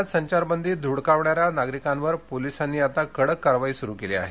पुण्यात संचारबंदी धुडकावणाऱ्या नागरिकांवर पोलिसांनी आता कडक कारवाई सुरू केली आहे